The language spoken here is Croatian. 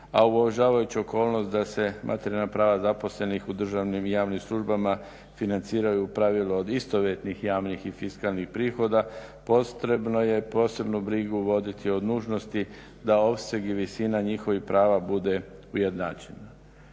a uvažavajući okolnost da se materijalna prava zaposlenih u državnim i javnim službama financiraju u pravilu od istovjetnih javnih i fiskalnih prihoda potrebno je posebnu brigu voditi o nužnosti da opseg i visina njihovih prava bude ujednačena.